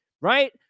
right